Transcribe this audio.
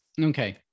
okay